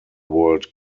world